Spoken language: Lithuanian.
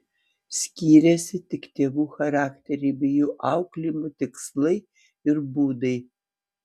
skyrėsi tik tėvų charakteriai bei jų auklėjimo tikslai ir būdai